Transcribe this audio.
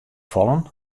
fallen